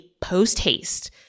post-haste